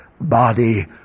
body